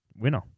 winner